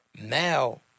now